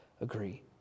agree